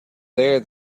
there